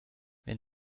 wenn